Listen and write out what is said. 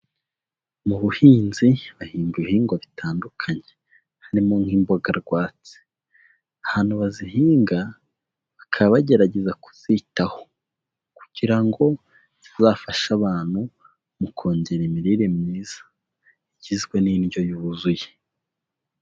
Mu buhinzi bahinga ibihingwa bitandukanye harimo nk'imboga rwatsi. Ahantu bazihinga bakaba bagerageza kuzitaho kugira ngo zizafashe abantu mu kongera imirire myiza igizwe n'indyo yuzuye.